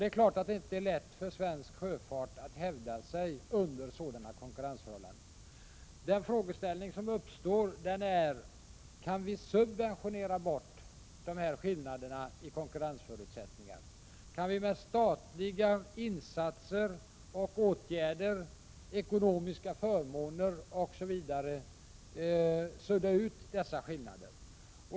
Det är klart att det inte är lätt för svensk sjöfart att hävda sig under sådana konkurrensförhållanden. Den frågeställning som uppstår är: Kan vi subventionera bort skillnaderna i konkurrensförutsättningar? Kan vi med statliga insatser och åtgärder, ekonomiska förmåner, osv. sudda ut dessa skillnader?